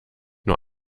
nur